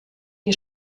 die